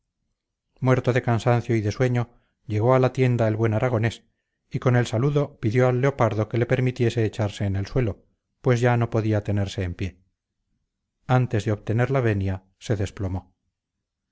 muerto de cansancio y de sueño llegó a la tienda el buen aragonés y con el saludo pidió al leopardo que le permitiese echarse en el suelo pues ya no podía tenerse en pie antes de obtener la venia se desplomó